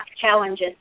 challenges